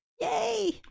Yay